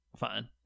Fine